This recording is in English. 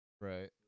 right